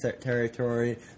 territory